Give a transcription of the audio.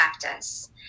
practice